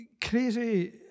crazy